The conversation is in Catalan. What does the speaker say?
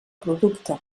producte